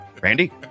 Randy